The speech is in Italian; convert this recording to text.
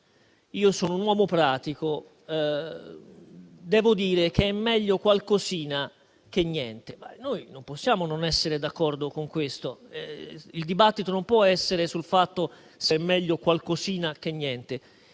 io sono un uomo pratico e devo dire che è meglio qualcosina che niente. Noi non possiamo non essere d'accordo con questo. Il dibattito non può essere sul fatto se qualcosina sia meglio